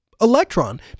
electron